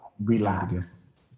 Relax